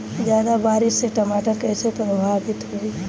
ज्यादा बारिस से टमाटर कइसे प्रभावित होयी?